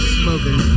smoking